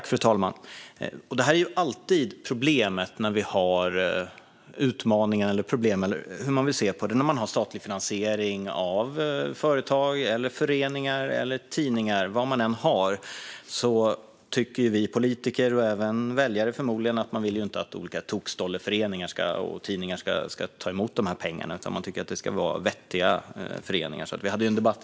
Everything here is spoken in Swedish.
Fru talman! Det är alltid problem eller utmaningar när man har statlig finansiering av företag, föreningar eller tidningar. Vi politiker, och förmodligen även väljarna, vill ju inte att tokstolleföreningar och tokstolletidningar ska ta emot dessa pengar. Vi tycker att det ska vara vettiga föreningar.